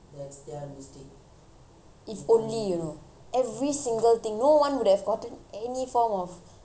if only you know every single thing no one would have gotten any form of nagging or scolding from him